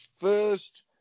first